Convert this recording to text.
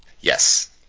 Yes